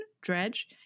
Dredge